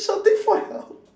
shouting for help